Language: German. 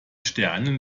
sterne